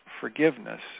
forgiveness